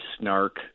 snark